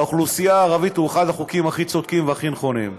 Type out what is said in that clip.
לאוכלוסייה הערבית הוא אחד החוקים הכי צודקים והכי נכונים.